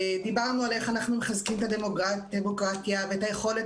דיברנו על איך אנחנו מחזקים את הדמוקרטיה ואת היכולת